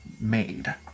made